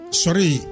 sorry